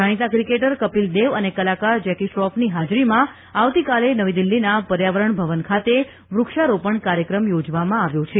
જાણીતા ક્રિકેટર કપિલદેવ અને કલાકાર જેકી શ્રોફની હાજરીમાં આવતીકાલે નવી દિલ્હીના પર્યાવરણ ભવન ખાતે વુક્ષારોપણ કાર્યક્રમ યોજવામાં આવ્યો છે